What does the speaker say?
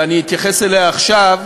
ואני אתייחס אליה עכשיו,